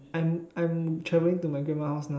I'm I'm traveling to my grandma's house